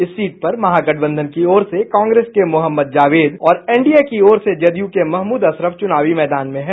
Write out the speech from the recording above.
इस सीट पर महागठबंधन की ओर से कांग्रेस के मोहम्मद जावेद और एनडीए की ओर से जदयू के महमूद अशरफ चुनावी मैदान में हैं